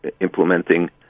implementing